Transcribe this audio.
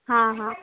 हां हां